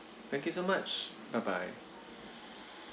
thank you so much bye bye